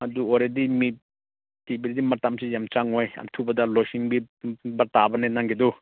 ꯑꯗꯨ ꯑꯣꯏꯔꯗꯤ ꯃꯤ ꯊꯤꯕꯗꯤ ꯃꯇꯝꯁꯤ ꯌꯥꯝ ꯆꯪꯉꯣꯏ ꯑꯊꯨꯕꯗ ꯂꯣꯏꯁꯟꯕꯤꯕ ꯇꯥꯕꯅꯦ ꯅꯪꯒꯤꯗꯣ